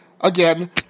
again